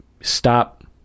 stop